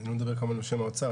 אני לא מדבר, כמובן, בשם האוצר.